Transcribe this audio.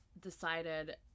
decided